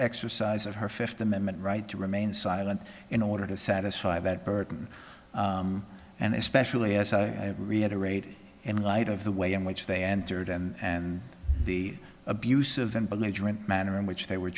exercise of her fifth amendment right to remain silent in order to satisfy that burden and especially as i reiterate in light of the way in which they entered and the abusive and belligerent manner in which they were